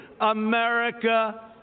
America